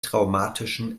traumatischen